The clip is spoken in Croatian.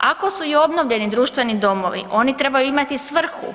Ako su i obnovljeni društveni domovi, oni trebaju imati svrhu,